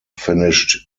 finished